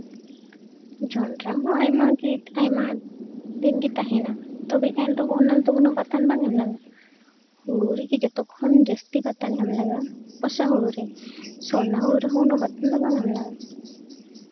ᱡᱚᱱᱰᱨᱟ ᱦᱚᱸ ᱟᱭᱢᱟᱜᱮ ᱟᱭᱢᱟ ᱫᱤᱱᱜᱮ ᱛᱟᱦᱮᱱᱟ ᱛᱚᱵᱮ ᱮᱱ ᱨᱮᱦᱚᱸ ᱚᱱᱟᱫᱚ ᱩᱱᱟᱹᱜ ᱵᱟᱛᱟᱱ ᱵᱟᱝ ᱮᱢ ᱞᱟᱜᱟᱜᱼᱟ ᱦᱩᱲᱩ ᱨᱮᱜᱮ ᱡᱚᱛᱚ ᱠᱷᱚᱱ ᱡᱟᱹᱥᱛᱤ ᱵᱟᱛᱟᱱ ᱮᱢ ᱞᱟᱜᱟᱜᱼᱟ ᱵᱚᱨᱥᱟ ᱦᱩᱲᱩᱨᱮ ᱥᱚᱨᱱᱚ ᱦᱩᱲᱩ ᱨᱮᱦᱚᱸ ᱩᱱᱟᱹᱜ ᱫᱚ ᱵᱟᱛᱟᱱ ᱵᱟᱝ ᱮᱢ ᱞᱟᱜᱟᱜᱼᱟ